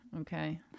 okay